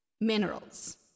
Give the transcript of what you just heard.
minerals